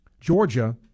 Georgia